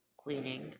cleaning